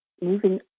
Moving